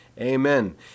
Amen